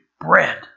bread